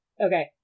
Okay